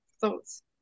thoughts